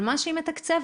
על מה שהיא מתקצבת,